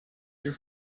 your